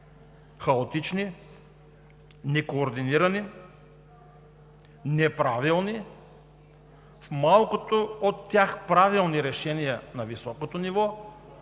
хаотични, некоординирани, неправилни – в малкото от тях правилни решения на високото ниво,